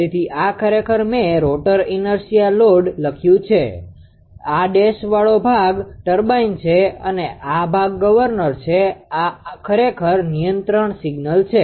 તેથી આ ખરેખર મેં રોટર ઇનાર્શીયા લોડ લખ્યું છે આ ડેશવાળો ભાગ ટર્બાઇન છે અને આ ભાગ ગવર્નર છે અને આ ખરેખર નિયંત્રણ સિગ્નલ છે